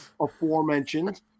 aforementioned